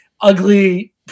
ugly –